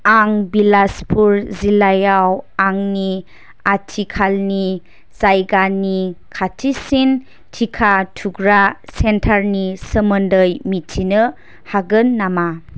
आं बिलासपुर जिल्लायाव आंनि आथिखालनि जायगानि खाथिसिन टिका थुग्रा सेन्टारनि सोमोन्दै मिथिनो हागोन नामा